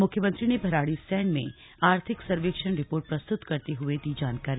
मुख्यमंत्री ने भराड़ीसैंण में आर्थिक सर्वेक्षण रिर्पोट प्रस्तुत करते हुए दी जानकारी